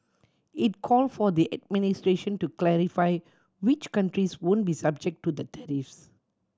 it called for the administration to clarify which countries won't be subject to the tariffs